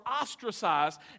ostracized